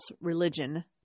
religion